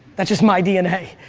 that's just my dna.